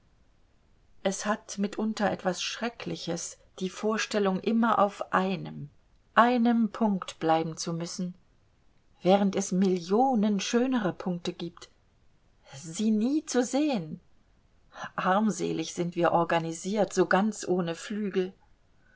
es hat mitunter etwas schreckliches die vorstellung immer auf einem einem punkt bleiben zu müssen während es millionen schönere punkte gibt sie nie zu sehen armselig sind wir organisiert so ganz ohne flügel